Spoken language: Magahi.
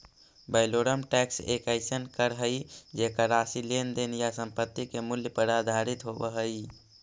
वैलोरम टैक्स एक अइसन कर हइ जेकर राशि लेन देन या संपत्ति के मूल्य पर आधारित होव हइ